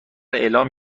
اعلام